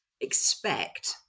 expect